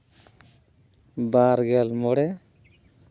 ᱵᱟᱨᱜᱮᱞ ᱢᱚᱬᱮ